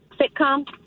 sitcom